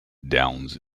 downs